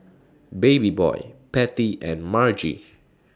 Babyboy Patty and Margy